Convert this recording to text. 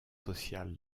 social